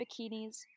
bikinis